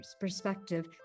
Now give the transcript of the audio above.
perspective